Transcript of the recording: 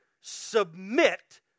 submit